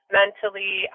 mentally